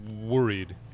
worried